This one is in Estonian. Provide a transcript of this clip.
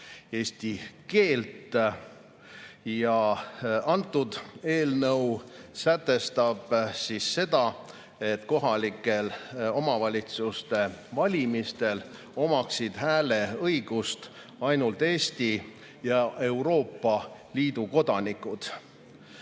eesti keelt. Antud eelnõu sätestab seda, et kohalike omavalitsuste valimistel omaksid hääleõigust ainult Eesti ja Euroopa Liidu kodanikud.